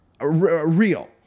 real